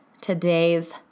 today's